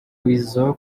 weasel